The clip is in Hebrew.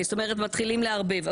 זאת אומרת, מתחילים לערבב.